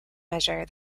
measure